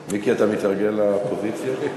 מיקי, אתה מתארגן לאופוזיציה?